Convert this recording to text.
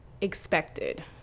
expected